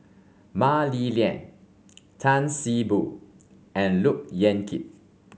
Mah Li Lian Tan See Boo and Look Yan Kit